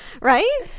Right